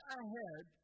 ahead